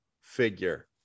figure